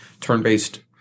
turn-based